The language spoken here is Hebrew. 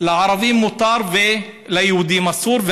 לערבים מותר וליהודים אסור,